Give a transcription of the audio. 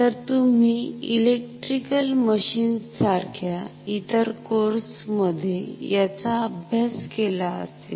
तर तुम्ही electrical machines सारख्या इतर कोर्समध्ये याचा अभ्यास केला असेल